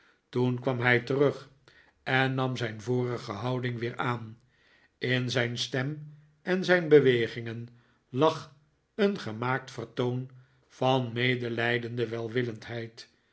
toen kwam hij terug en nam zijn vorige houding weer aan in zijn stem en zijn bewegingen lag een gemaakt vertoon van medelijdende welwillendheid